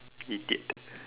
idiot